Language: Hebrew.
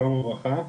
שלום וברכה.